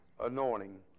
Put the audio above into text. anointing